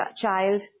child